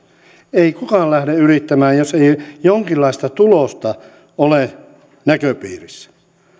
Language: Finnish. ei kukaan lähde yrittämään jos ei jonkinlaista tulosta ole näköpiirissä